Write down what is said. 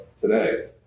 today